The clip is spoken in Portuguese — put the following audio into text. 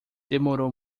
demorou